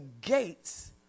gates